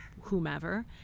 whomever